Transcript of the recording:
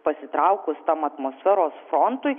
pasitraukus tam atmosferos frontui